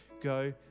Go